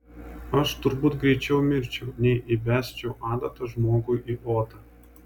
aš turbūt greičiau mirčiau nei įbesčiau adatą žmogui į odą